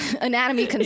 anatomy